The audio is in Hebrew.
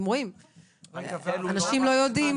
אתם רואים שאנשים לא יודעים.